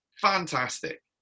Fantastic